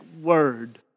word